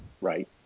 Right